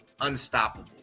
unstoppable